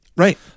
Right